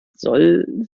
soll